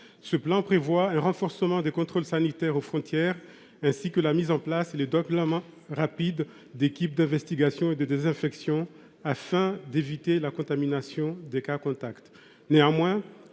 Ce plan prévoit un renforcement des contrôles sanitaires aux frontières, ainsi que la mise en place et le déploiement rapide d’équipes d’investigation et de désinfection, afin d’éviter la contamination des cas contacts. Alors